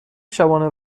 شبانه